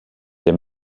der